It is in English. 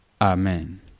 Amen